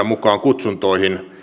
mukaan kutsuntoihin